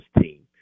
team